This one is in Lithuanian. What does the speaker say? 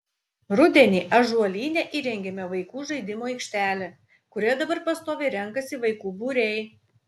rudenį ąžuolyne įrengėme vaikų žaidimų aikštelę kurioje dabar pastoviai renkasi vaikų būriai